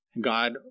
God